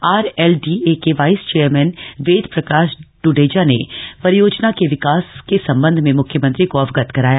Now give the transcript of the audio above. are L D A के vice chairman Ved Prakash इडेजा ने परियोजना के विकास के सम्बन्ध में म्ख्यमंत्री को अवगत कराया